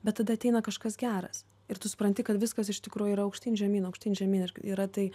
bet tada ateina kažkas geras ir tu supranti kad viskas iš tikrųjų yra aukštyn žemyn aukštyn žemyn ir yra tai